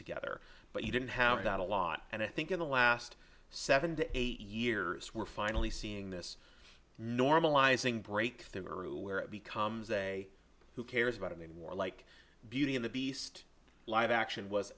together but you didn't have that a lot and i think in the last seven to eight years we're finally seeing this normalizing break through earlier where it becomes a who cares about i mean more like beauty and the beast live action was